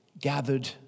gathered